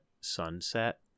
sunset